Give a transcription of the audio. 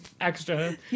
extra